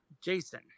Jason